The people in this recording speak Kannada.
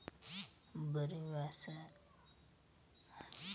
ಬರಿ ವಾಸ್ಣಿಮ್ಯಾಲ ಕಂಡಹಿಡಿಬಹುದ ಸಬ್ಬಸಗಿನಾ ಅಷ್ಟ ಒಳ್ಳೆ ವಾಸ್ಣಿ ಹೊಂದಿರ್ತೈತಿ